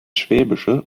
schwäbische